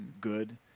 good